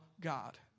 God